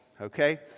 Okay